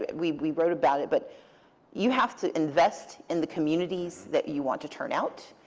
we we wrote about it, but you have to invest in the communities that you want to turn out.